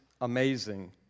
amazing